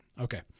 okay